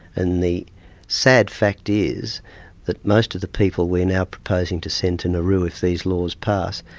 and the sad fact is that most of the people we're now proposing to send to nauru if these laws pass,